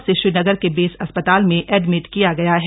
उसे श्रीनगर के बेस अस्पताल में एडमिट किया गया है